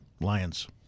Lions